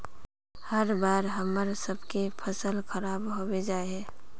हर बार हम्मर सबके फसल खराब होबे जाए है?